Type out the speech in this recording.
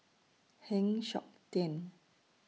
Heng Siok Tian